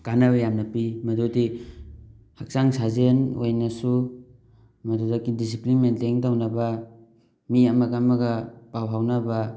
ꯀꯥꯟꯅꯕ ꯌꯥꯝꯅ ꯄꯤ ꯃꯗꯨꯗꯤ ꯍꯛꯆꯥꯡ ꯁꯥꯖꯦꯟ ꯑꯣꯏꯅꯁꯨ ꯃꯗꯨꯗꯒꯤ ꯗꯤꯁꯤꯄ꯭ꯂꯤꯟ ꯃꯦꯟꯇꯦꯟ ꯇꯧꯅꯕ ꯃꯤ ꯑꯃꯒ ꯑꯃꯒ ꯄꯥꯎ ꯐꯥꯎꯅꯕ